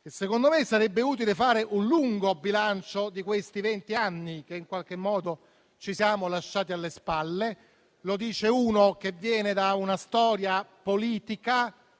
- che, secondo me, sarebbe utile fare un lungo bilancio di questi vent'anni che ci siamo lasciati alle spalle. Lo dice uno che viene da una storia politica